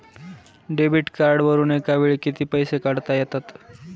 Debit कार्डवरुन एका वेळी किती पैसे काढता येतात?